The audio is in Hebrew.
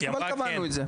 אבל קבענו את זה,